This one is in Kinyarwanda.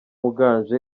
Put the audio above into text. uganje